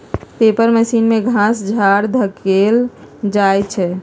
paper machine में घास झाड़ ध देल जाइ छइ